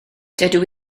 dydw